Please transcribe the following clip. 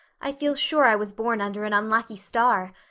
i feel sure i was born under an unlucky star.